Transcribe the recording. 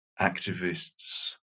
activists